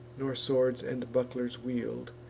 nor swords and bucklers wield,